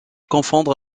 confondre